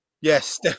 Yes